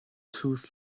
tús